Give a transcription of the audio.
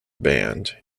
band